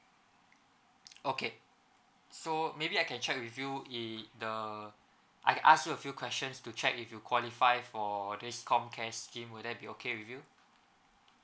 okay so maybe I can check with you if the I ask you a few questions to check if you qualify for this com care scheme would that be okay with you